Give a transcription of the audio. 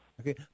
Okay